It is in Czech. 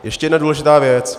Ještě jedna důležitá věc.